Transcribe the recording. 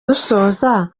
dusoza